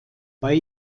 bei